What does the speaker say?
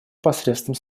посредством